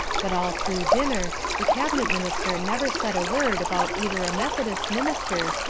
but all through dinner the cabinet minister never said a word about either a methodist minister,